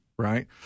Right